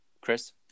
Chris